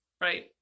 right